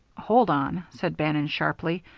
hold on, said bannon sharply.